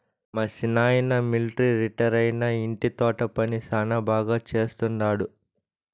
మా సిన్నాయన మిలట్రీ రిటైరైనా ఇంటి తోట పని శానా బాగా చేస్తండాడు